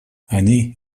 они